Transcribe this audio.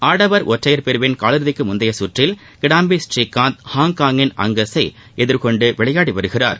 ஆடவர் ஒற்றையர் பிரிவின் காலிறுதிக்கு முந்தைய கற்றில் கிடாம்பி பழீகாந்த் ஹாங்காங்கின் அங்கஸ் ஐ எதிர்கொண்டு விளையாடி வருகிறார்